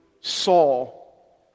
Saul